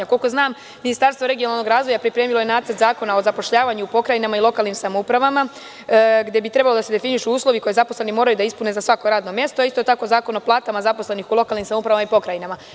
Koliko znam Ministarstvo regionalnog razvoja pripremilo je Nacrt zakona o zapošljavanju u pokrajinama i lokalnim samouprava, gde bi trebalo da se definišu uslovi zaposleni moraju da ispune za svako radno mesto, a isto tako Zakon o platama zaposlenih u lokalnim samoupravama i pokrajinama.